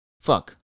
fuck